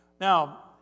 Now